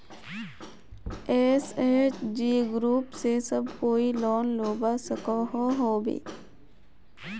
SHG group से सब कोई लोन लुबा सकोहो होबे?